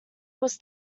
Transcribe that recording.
was